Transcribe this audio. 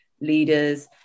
leaders